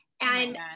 and-